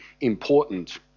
important